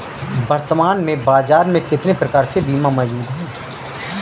वर्तमान में बाज़ार में कितने प्रकार के बीमा मौजूद हैं?